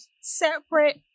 separate